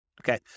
Okay